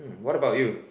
hmm what about you